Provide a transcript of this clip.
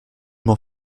m’en